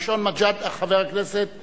הראשון, חבר הכנסת מג'אדלה.